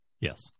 Yes